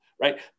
right